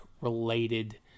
related